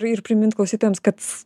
ir primint klausytojams kad